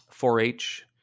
4-H